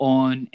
on